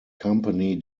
company